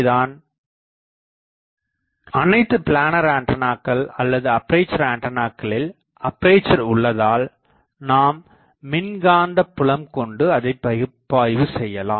தான் அனைத்து பிளானர் ஆண்டனாக்கள் அல்லது அப்பேசர் ஆண்டனாக்களில் அப்பேசர் உள்ளதால் நாம் மின்காந்தபுலம் கொண்டு அதை பகுப்பாய்வு செய்யலாம்